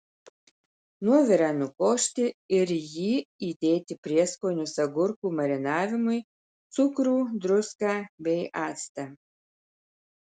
nuovirą nukošti ir į jį įdėti prieskonius agurkų marinavimui cukrų druską bei actą